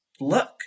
look